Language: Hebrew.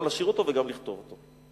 גם לשיר אותו וגם לכתוב אותו.